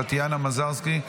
טטיאנה מזרסקי,